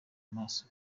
amaso